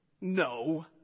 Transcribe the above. No